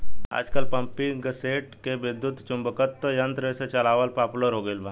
आजकल पम्पींगसेट के विद्युत्चुम्बकत्व यंत्र से चलावल पॉपुलर हो गईल बा